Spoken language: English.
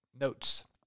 notes